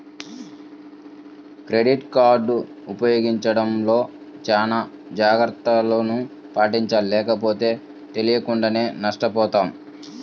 credit card ఉపయోగించడంలో చానా జాగర్తలను పాటించాలి లేకపోతే తెలియకుండానే నష్టపోతాం